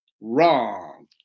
wrong